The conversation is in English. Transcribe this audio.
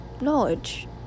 knowledge